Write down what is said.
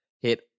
hit